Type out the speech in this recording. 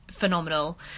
Phenomenal